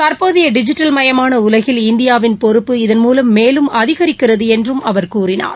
தற்போதைய டிஜிட்டல் மையமான உலகில் இந்தியாவின் பொறுப்பு இதன் மூலம் மேலும் அதிகரிக்கிறது என்றும் அவர் கூறினார்